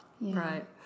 Right